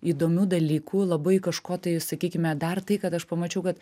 įdomių dalykų labai kažko tai sakykime dar tai kad aš pamačiau kad